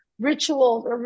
rituals